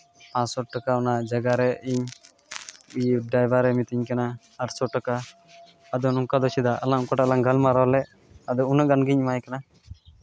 ᱯᱟᱥᱥᱳ ᱴᱟᱠᱟ ᱚᱱᱟ ᱡᱟᱭᱜᱟ ᱨᱮ ᱤᱧ ᱤᱭᱟᱹ ᱰᱨᱟᱭᱵᱷᱟᱨᱮ ᱢᱤᱛᱟᱹᱧ ᱠᱟᱱᱟ ᱟᱴᱥᱚ ᱴᱟᱠᱟ ᱟᱫᱚ ᱱᱚᱝᱠᱟ ᱫᱚ ᱪᱮᱫᱟᱜ ᱟᱞᱟᱝ ᱚᱠᱟᱴᱟᱜ ᱞᱟᱝ ᱜᱟᱞᱢᱟᱨᱟᱣ ᱞᱮᱫ ᱟᱫᱚ ᱩᱱᱟᱹᱜ ᱜᱟᱱ ᱜᱤᱧ ᱮᱢᱟᱭ ᱠᱟᱱᱟ